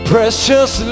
Precious